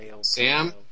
Sam